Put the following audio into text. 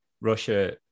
Russia